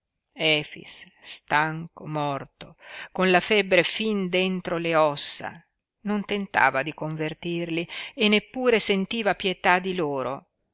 efix stanco morto con la febbre fin dentro le ossa non tentava di convertirli e neppure sentiva pietà di loro